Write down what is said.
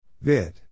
Vid